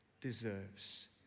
deserves